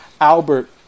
Albert